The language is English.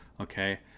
Okay